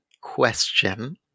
question